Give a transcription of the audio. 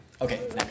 Okay